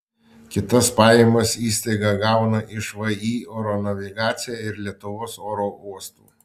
kitas pajamas įstaiga gauna iš vį oro navigacija ir lietuvos oro uostų